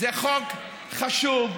זה חוק חשוב.